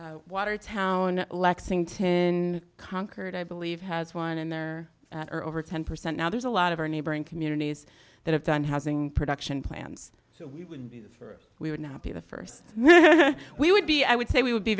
my watertown lexington and concord i believe has one and there are over ten percent now there's a lot of our neighboring communities that have done housing production plans so we would be the first we would not be the first we would be i would say we would be